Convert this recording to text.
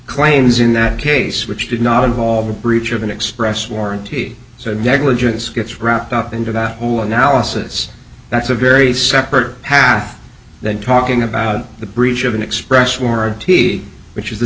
claims in that case which did not involve a breach of an express warranty so the negligence gets wrapped up into that whole analysis that's a very separate path than talking about the breach of an express warranty which is the